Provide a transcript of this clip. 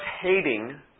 hating